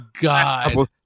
God